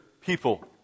people